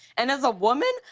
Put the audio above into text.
and as a woman,